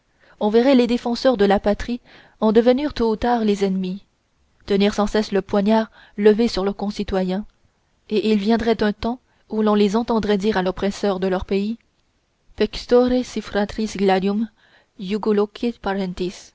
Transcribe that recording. on verrait les défenseurs de la patrie en devenir tôt ou tard les ennemis tenir sans cesse le poignard levé sur leurs concitoyens et il viendrait un temps où l'on les entendrait dire à l'oppresseur de leur pays pectore si fratris gladium